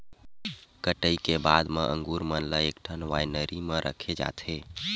कटई के बाद म अंगुर मन ल एकठन वाइनरी म रखे जाथे